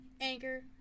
Anchor